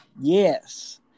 Yes